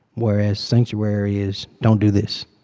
whereas sanctuary is don't do this.